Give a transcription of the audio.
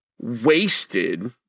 wasted